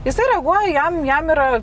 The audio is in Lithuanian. jisai reaguoja jam jam yra